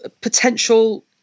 potential